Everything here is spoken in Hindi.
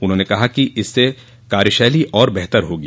उन्होंने कहा इससे कार्यशैली और बेहतर होगी